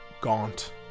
gaunt